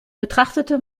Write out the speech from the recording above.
betrachtete